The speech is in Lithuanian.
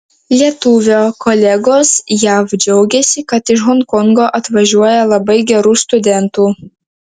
lietuvio kolegos jav džiaugiasi kad iš honkongo atvažiuoja labai gerų studentų